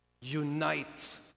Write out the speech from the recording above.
Unite